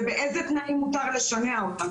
ובאיזה תנאים מותר לשנע אותם.